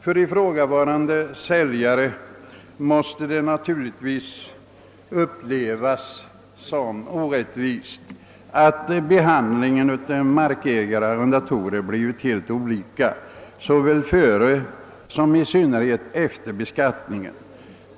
För ifrågavarande säljare måste det naturligtvis upplevas som orättvist att behandlingen av markägare och arrendatorer blivit helt olika såväl före som i synnerhet efter beskattningen.